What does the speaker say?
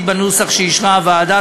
2016, שהחזירה ועדת העבודה,